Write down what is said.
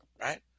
right